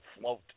float